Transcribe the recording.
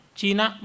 China